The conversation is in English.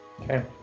Okay